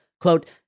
quote